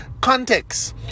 context